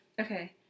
Okay